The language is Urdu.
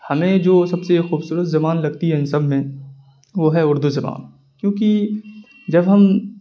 ہمیں جو سب سے خوبصورت زبان لگتی ہے ان سب میں وہ ہے اردو زبان کیوںکہ جب ہم